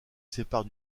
sépare